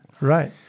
right